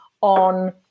on